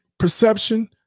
Perception